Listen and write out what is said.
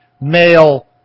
male